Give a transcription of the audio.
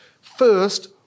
First